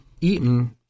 eaten